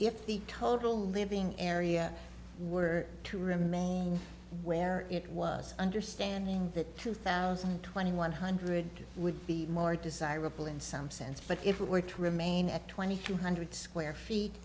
if the total living area were to remain where it was understanding that two thousand and twenty one hundred would be more desirable in some sense but if we were to remain at twenty two hundred square feet